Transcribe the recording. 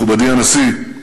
מכובדי הנשיא,